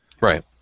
Right